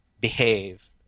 behave